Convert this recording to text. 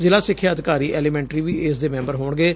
ਜ਼ਿਲ੍ਹਾ ਸਿਖਿਆ ਅਧਿਕਾਰੀ ਐਲੀਮੈਂਟਰੀ ਵੀ ਇਸ ਦੇ ਮੈਂਬਰ ਹੋਣਗੇ